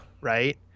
right